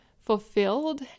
fulfilled